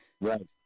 Right